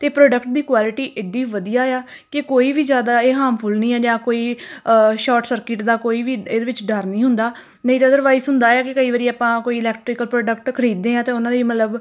ਅਤੇ ਪ੍ਰੋਡਕਟ ਦੀ ਕੁਆਲਿਟੀ ਐਡੀ ਵਧੀਆ ਆ ਕਿ ਕੋਈ ਵੀ ਜ਼ਿਆਦਾ ਇਹ ਹਾਮਫੁਲ ਨਹੀਂ ਜ਼ਿ ਜਾਂ ਕੋਈ ਸ਼ੋਟ ਸਰਕਿਟ ਦਾ ਕੋਈ ਵੀ ਇਹਦੇ ਵਿੱਚ ਡਰ ਨਹੀਂ ਹੁੰਦਾ ਨਹੀਂ ਤਾਂ ਅਦਰਵਾਈਜ਼ ਹੁੰਦਾ ਆ ਕਿ ਕਈ ਵਾਰੀ ਆਪਾਂ ਕੋਈ ਇਲੈਕਟਰੀਕਲ ਪ੍ਰੋਡਕਟ ਖਰੀਦਦੇ ਹਾਂ ਅਤੇ ਉਹਨਾਂ ਦੀ ਮਤਲਬ